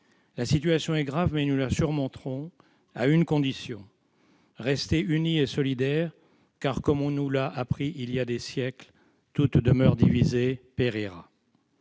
La situation est grave, mais nous la surmonterons, à une condition : rester unis et solidaires. Car, comme on nous l'a appris il y a des siècles, toute demeure divisée périra.